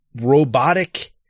robotic